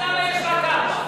אז למה יש רק ארבע?